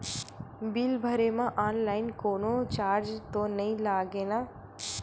Bill भरे मा online कोनो चार्ज तो नई लागे ना?